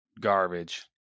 garbage